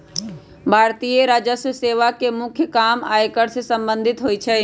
भारतीय राजस्व सेवा के मुख्य काम आयकर से संबंधित होइ छइ